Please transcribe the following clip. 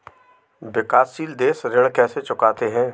विकाशसील देश ऋण कैसे चुकाते हैं?